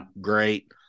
great